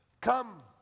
come